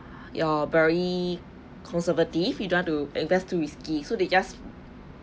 you're very conservative you don't want to invest too risky so they just